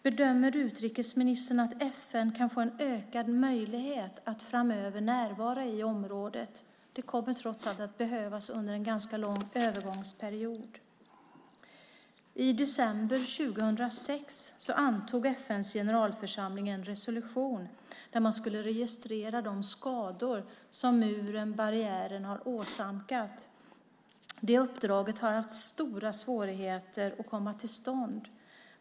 Bedömer utrikesministern att FN kan få en ökad möjlighet att framöver närvara i området? Det kommer trots allt att behövas under en ganska lång övergångsperiod. I december 2006 antog FN:s generalförsamling en resolution om att man skulle registrera de skador som muren, barriären har åsamkat. Det uppdraget har haft stora svårigheter att komma till stånd.